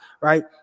right